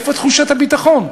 איפה תחושת הביטחון?